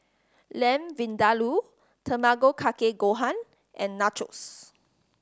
Lamb Vindaloo Tamago Kake Gohan and Nachos